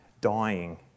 Dying